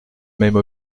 même